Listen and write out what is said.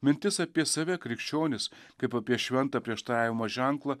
mintis apie save krikščionis kaip apie šventą prieštaravimo ženklą